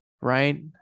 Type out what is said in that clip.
right